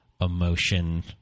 emotion